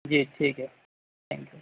جی ٹھیک ہے thank you